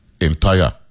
entire